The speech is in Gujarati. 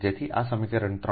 તેથી આ સમીકરણ 3